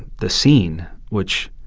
the scene, which,